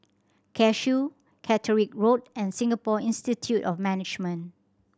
Cashew Catterick Road and Singapore Institute of Management